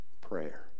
prayer